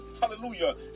Hallelujah